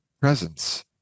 Presence